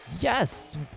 Yes